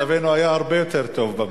מצבנו היה הרבה יותר טוב במדינה.